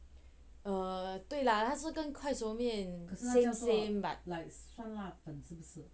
orh 对啦它是跟快熟面 same same but